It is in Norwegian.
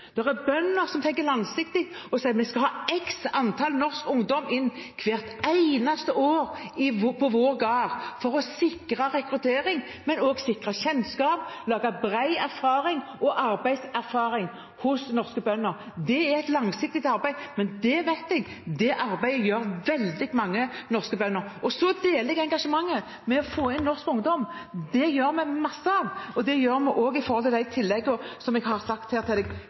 og sier at vi skal ha x antall norsk ungdom inn hvert eneste år på vår gård for å sikre rekruttering, men også sikre kjennskap og lage bred erfaring og arbeidserfaring hos norske bønder. Det er et langsiktig arbeid, men jeg vet at veldig mange norske bønder gjør det arbeidet. Jeg deler engasjementet med å få inn norsk ungdom. Det gjør vi masse av, og det gjør vi også med de tilleggene, som jeg har sagt til